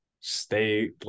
stay